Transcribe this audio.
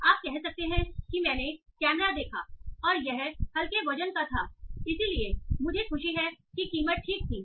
आप कह सकते हैं कि मैंने कैमरा देखा और यह हल्के वजन का था इसलिए मुझे खुशी है कि कीमत ठीक थी